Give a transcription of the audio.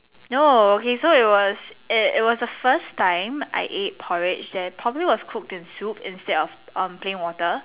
no okay so it was the it was the first time I ate porridge that probably was cooked in soup instead of plain water